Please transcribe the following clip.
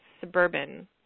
suburban